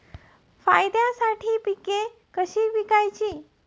फायद्यासाठी पिके कशी विकायची?